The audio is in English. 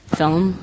film